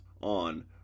on